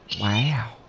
Wow